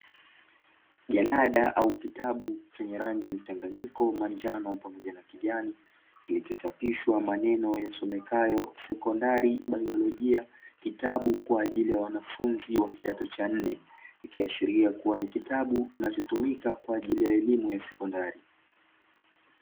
Jalada au kitabu chenye rangi mchanganyiko manjano pamoja na kijani. Kilichochapishwa maneno yasomekayo sekondari baiolojia kitabu kwa ajili ya wanafunzi wa kidato cha nne, ikiashiria kuwa ni kitabu kinachotumika kwa ajili ya elimu ya sekondari.